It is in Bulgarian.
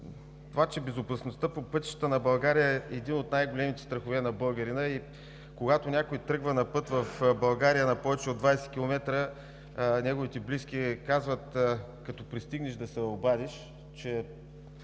казахте, че безопасността по пътищата на България е един от най-големите страхове на българина. Когато някой тръгва на път в България на повече от 20 км, неговите близки казват: „Като пристигнеш, да се обадиш, че